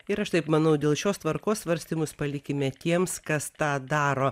ir aš taip manau dėl šios tvarkos svarstymus palikime tiems kas tą daro